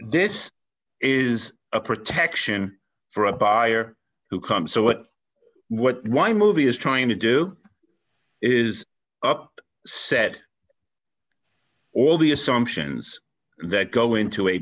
this is a protection for a buyer who comes so what what why movie is trying to do is up set all the assumptions that go into a